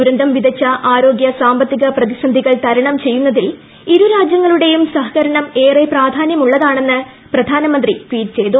ദുരന്തം വിതച്ച ആരോഗൃ സാമ്പത്തിക പ്രതിസന്ധികൾ തരണം ചെയ്യുന്നതിൽ ഇരു രാജ്യങ്ങളുടെയും സഹകരണം ഏറെ പ്രാധാന്യമുള്ളതാണെന്ന് പ്രധാനമന്ത്രി ട്വീറ്റ് ചെയ്തു